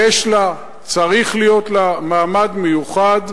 יש לה, צריך להיות לה מעמד מיוחד.